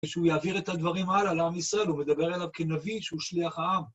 ושהוא יעביר את הדברים הלאה לעם ישראל, הוא מדבר אליו כנביא שהוא שליח העם.